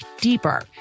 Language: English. deeper